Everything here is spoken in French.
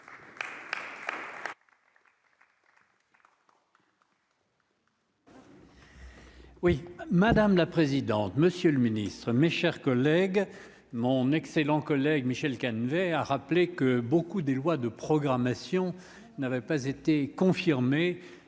madame la présidente, monsieur le Ministre, mes chers collègues, mon excellent collègue Michel Canevet a rappelé que beaucoup des lois de programmation n'avait pas été confirmée